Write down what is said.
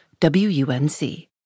WUNC